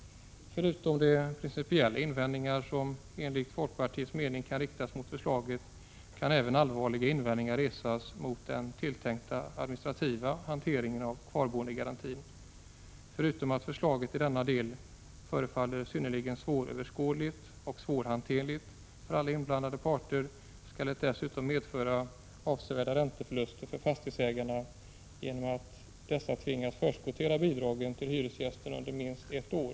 Förutom de principiella invändningar som enligt folkpartiets mening kan riktas mot förslaget, kan även allvarliga invändningar resas mot den tilltänkta administrativa hanteringen av kvarboendegarantin. Förutom att förslaget i denna del förefaller synnerligen svåröverskådligt och svårhanterligt för alla inblandade parter, skulle det dessutom medföra avsevärda ränteförluster för fastighetsägarna genom att dessa tvingas förskottera bidraget till hyresgästen under minst ett år.